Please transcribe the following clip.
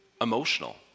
emotional